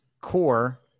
Core